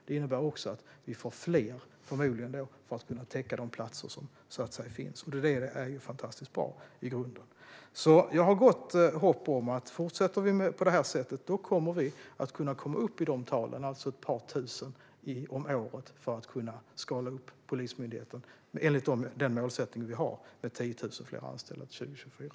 Det innebär också att vi förmodligen får fler som kan täcka de platser som finns. Detta är i grunden fantastiskt bra. Jag har gott hopp om att vi, om vi fortsätter på det här sättet, kommer att kunna komma upp i ett par tusen om året för att kunna skala upp Polismyndigheten enligt den målsättning vi har: 10 000 fler anställda till 2024.